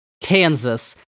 Kansas